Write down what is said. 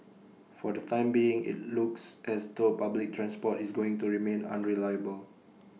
for the time being IT looks as though public transport is going to remain unreliable